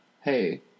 Hey